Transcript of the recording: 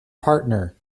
partner